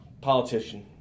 politician